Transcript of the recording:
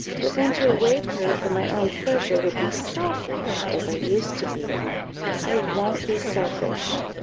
but then to awake her for my own pleasure would be selfish, as i used to be i won't be selfish.